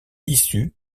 issu